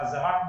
החזרה,